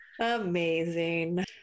amazing